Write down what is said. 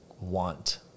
want